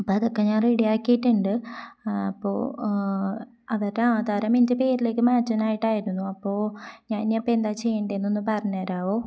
അപ്പം അതൊക്കെ ഞാൻ റെഡിയാക്കിയിട്ടുണ്ട് അപ്പോൾ അവരുടെ ആധാരം എൻ്റെ പേരിലേക്ക് മാറ്റാനായിട്ടായിരുന്നു അപ്പോൾ ഞാൻ ഇനിയപ്പം എന്താ ചെയ്യേണ്ടത് എന്നൊന്നു പറഞ്ഞു തരാമോ